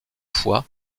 fois